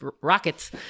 rockets